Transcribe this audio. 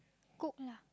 cook lah